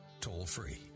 toll-free